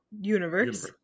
universe